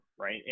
right